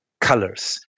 colors